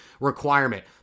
requirement